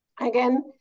again